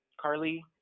Carly